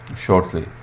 shortly